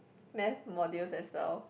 math modules as well